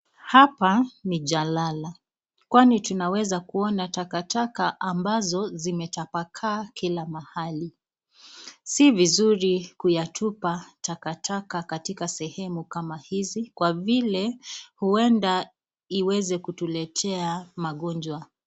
Hapa ni jalala kwani tunaeza kuona takataka ambazo zimetapakaa kila mahali. Si vizuri kuyatupa takataka katika sehemu kama hizi kwa vile huenda iweze kutuletea magonjwa.